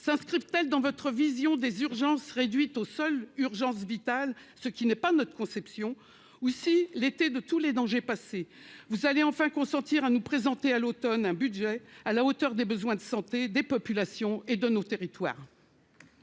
s'inscrivent-elles dans votre vision des urgences, réduite aux seules urgences vitales- cela n'est pas notre conception -, ou bien, une fois l'été de tous les dangers passé, allez-vous enfin consentir à nous présenter un budget à la hauteur des besoins de santé des populations et des territoires ?